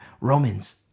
Romans